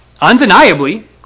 undeniably